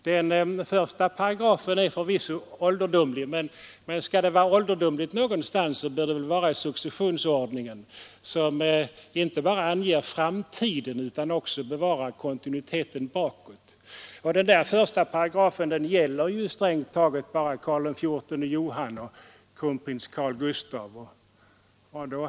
Den första paragrafen är förvisso ålderdomlig, men skall det vara ålderdomligt någonstans i grundlagarna bör det väl vara i successionsordningen, som inte bara skall ange framtiden utan också bevara kontinuiteten bakåt. Den första paragrafen gäller strängt taget bara Karl XIV Johan och kronprins Carl Gustaf.